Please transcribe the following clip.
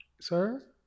Sir